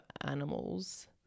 animals